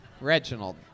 Reginald